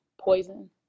Poison